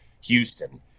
Houston